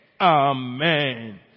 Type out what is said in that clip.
Amen